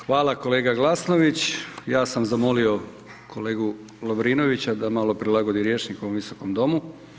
Hvala kolega Glasnović, ja sam zamolio kolegu Lovrinovića, da malo prilagodi rječnik u ovom Visokom domu.